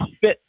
fit